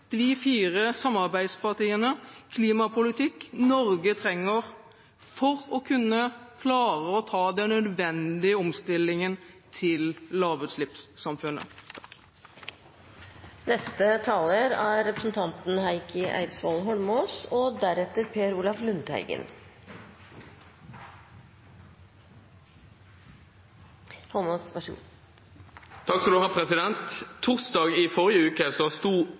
vi fire samarbeidspartiene – klimapolitikk Norge trenger for å kunne klare å ta den nødvendige omstillingen til lavutslippssamfunnet. Torsdag i forrige uke sto kongen her i salen og